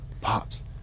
pops